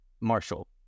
Marshall